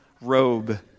robe